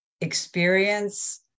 experience